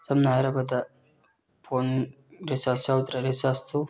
ꯁꯝꯅ ꯍꯥꯏꯔꯕꯗ phone recharge ꯌꯧꯗ꯭ꯔꯦ ꯔꯤꯆꯥꯔꯖꯇꯨ